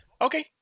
Okay